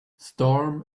storm